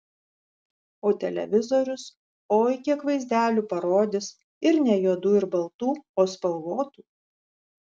o televizorius oi kiek vaizdelių parodys ir ne juodų ir baltų o spalvotų